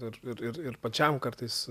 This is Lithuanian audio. ir ir ir ir pačiam kartais